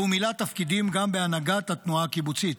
והוא מילא תפקידים גם בהנהגת התנועה הקיבוצית.